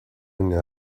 ruin